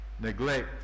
neglect